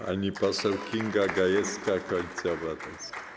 Pani poseł Kinga Gajewska, Koalicja Obywatelska.